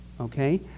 Okay